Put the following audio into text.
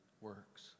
works